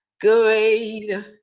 Great